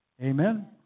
Amen